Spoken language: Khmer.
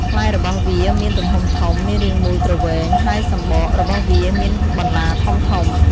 ផ្លែរបស់វាមានទំហំធំ មានរាងមូលទ្រវែង ហើយសម្បករបស់វាមានបន្លាធំៗ។